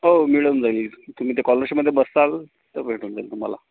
हो मिळून जाईल तुम्ही ते कॉलरशिपमध्ये बसताल तर भेटून जाईल तुम्हाला